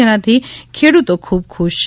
જેનાથી ખેડૂતો ખૂબ ખુશ છે